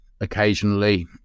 occasionally